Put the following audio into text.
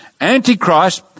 Antichrist